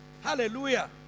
hallelujah